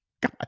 God